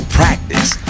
practice